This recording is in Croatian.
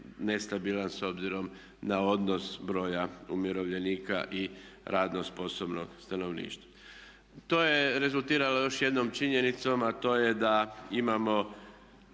nestabilan s obzirom na odnos broja umirovljenika i radno sposobnog stanovništva. To je rezultiralo još jednom činjenicom, a to je da imamo